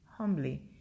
Humbly